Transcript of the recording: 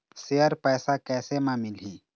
Share पैसा कैसे म मिलही?